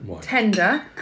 tender